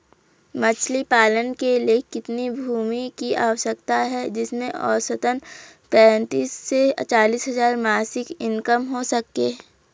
मछली पालन के लिए कितनी भूमि की आवश्यकता है जिससे औसतन पैंतीस से चालीस हज़ार मासिक इनकम हो सके?